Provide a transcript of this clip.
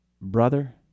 Brother